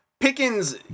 Pickens